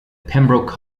pembroke